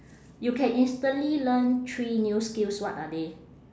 you can instantly learn three new skills what are they